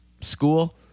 school